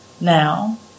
now